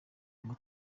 ngo